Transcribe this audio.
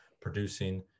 producing